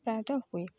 ପ୍ରାୟତଃ ହୁଏ